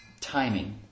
timing